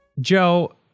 Joe